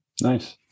Nice